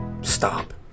stop